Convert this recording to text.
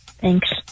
Thanks